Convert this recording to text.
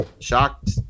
shocked